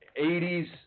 80s